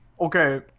Okay